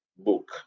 book